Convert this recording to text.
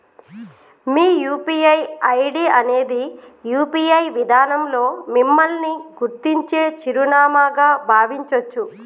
మీ UPI ID అనేది UPI విధానంలో మిమ్మల్ని గుర్తించే చిరునామాగా భావించొచ్చు